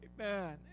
Amen